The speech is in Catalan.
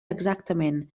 exactament